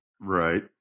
Right